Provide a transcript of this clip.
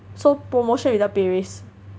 so promotion without pay raise